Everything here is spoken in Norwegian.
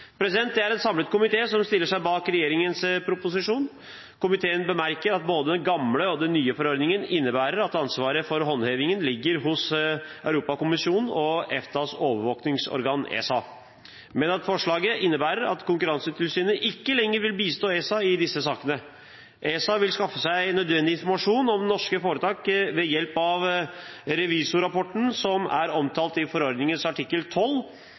Det er en samlet komité som stiller seg bak regjeringens proposisjon. Komiteen bemerker at både den gamle og den nye forordningen innebærer at ansvaret for håndhevingen ligger hos Europakommisjonen og EFTAs overvåkingsorgan, ESA, men at forslaget innebærer at Konkurransetilsynet ikke lenger vil bistå ESA i disse sakene. ESA vil skaffe seg nødvendig informasjon om norske foretak ved hjelp av revisorrapporten som er omtalt i forordningens artikkel